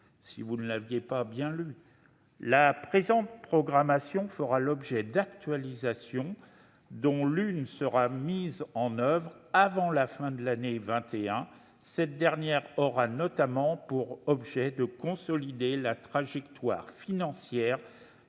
où vous ne l'auriez pas bien lu :« La présente programmation fera l'objet d'actualisations, dont l'une sera mise en oeuvre avant la fin de l'année 2021. Cette dernière aura notamment pour objet de consolider la trajectoire financière